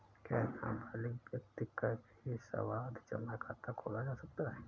क्या नाबालिग व्यक्ति का भी सावधि जमा खाता खोला जा सकता है?